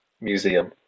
museum